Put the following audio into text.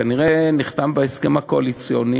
וכנראה נחתם בה הסכם קואליציוני,